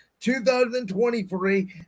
2023